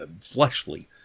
fleshly